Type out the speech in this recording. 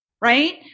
right